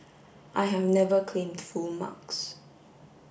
I have never claimed full marks